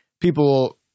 people